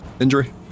injury